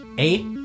Eight